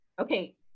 okay